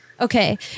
Okay